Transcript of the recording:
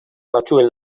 batzuen